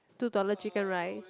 two dollar chicken rice